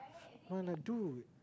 I'm like dude